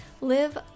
live